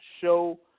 show